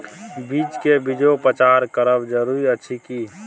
बीज के बीजोपचार करब जरूरी अछि की?